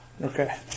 Okay